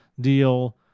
deal